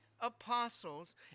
Apostles